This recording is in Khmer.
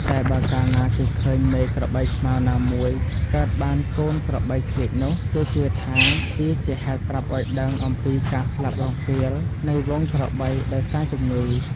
តែបើកាលណាគេឃើញមេក្របីខ្មៅណាមួយកើតបានកូនក្របីឃ្លៀចនោះ គេជឿថាជាហេតុប្រាប់ឱ្យដឹងអំពីការស្លាប់រង្គាលនៃហ្វូងក្របីដោយសារជំងឺ។